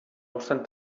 obstant